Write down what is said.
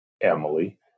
Emily